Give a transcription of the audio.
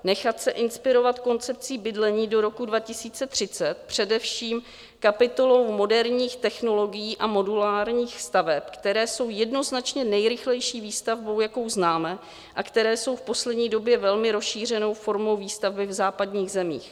Nechat se inspirovat koncepcí bydlení do roku 2030, především kapitolou moderních technologií a modulárních staveb, které jsou jednoznačně nejrychlejší výstavbou, jakou známe, a které jsou v poslední době velmi rozšířenou formou výstavby v západních zemích.